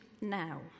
now